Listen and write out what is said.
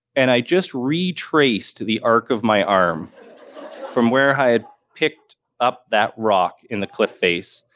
and i just retraced the arc of my arm from where i had picked up that rock in the cliff face,